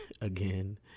again